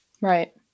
Right